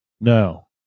No